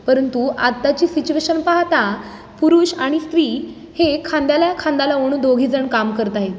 परंतु आत्ताची सिच्युएशन पाहता पुरुष आणि स्त्री हे खांद्याला खांदा लावून दोघे जण काम करत आहेत